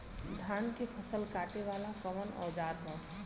धान के फसल कांटे वाला कवन औजार ह?